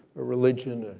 a religion,